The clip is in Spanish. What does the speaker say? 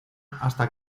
hasta